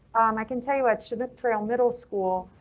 i can tell you it shouldn't trail middle school.